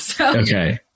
Okay